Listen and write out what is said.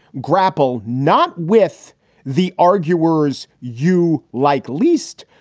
grapple not with the arguers you like least,